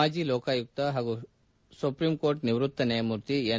ಮಾಜಿ ಲೋಕಾಯುಕ್ತ ಹಾಗೂ ಸುಪ್ರೀಂಕೋರ್ಟ್ ನಿವೃತ್ತ ನ್ಯಾಯಮೂರ್ತಿ ಎನ್